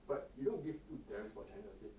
but you don't give to for chinese I say